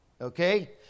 Okay